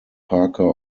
parker